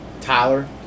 Tyler